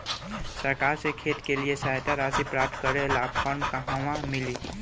सरकार से खेत के लिए सहायता राशि प्राप्त करे ला फार्म कहवा मिली?